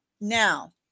Now